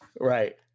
Right